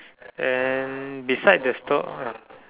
then beside the store uh